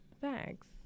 thanks